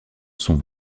sont